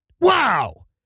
Wow